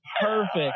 perfect